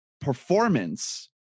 performance